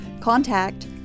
contact